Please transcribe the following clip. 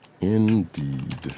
Indeed